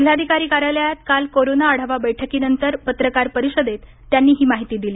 जिल्हाधिकारी कार्यालतात काल कोरोना आढावा बैठकीनंतर पत्रकार परिषदेत त्यांनी ही माहिती दिली